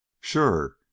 Sure